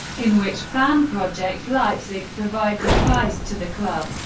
in which fanprojekt leipzig provides advice to the club.